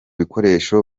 bikoresho